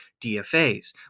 DFAs